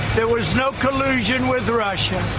there was no collusion with russia.